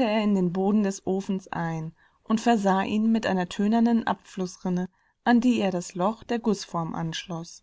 er in den boden des ofens ein und versah ihn mit einer tönernen abflußrinne an die er das loch der gußform anschloß